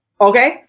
Okay